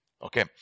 Okay